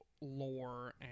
lore